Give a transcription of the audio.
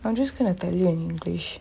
I'm just going to tell you in english